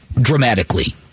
dramatically